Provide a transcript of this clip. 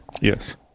Yes